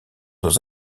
dans